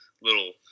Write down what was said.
little